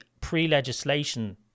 pre-legislation